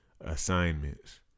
assignments